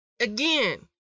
Again